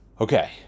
Okay